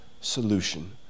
solution